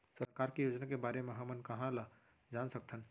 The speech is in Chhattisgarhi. सरकार के योजना के बारे म हमन कहाँ ल जान सकथन?